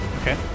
Okay